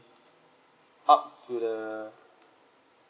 up to the